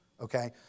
Okay